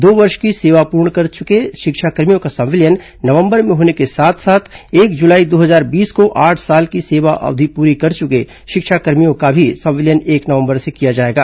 दो वर्ष की सेवा पूर्ण कर चुके शिक्षाकर्मियों का संविलियन नवंबर में होने के साथ साथ एक जुलाई दो हजार बीस को आठ साल की सेवा पूरी कर चुके शिक्षाकर्मियों का भी संविलियन एक नवंबर से किया जाएगा